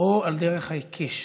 או על דרך ההיקש